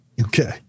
Okay